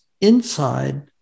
inside